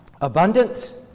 abundant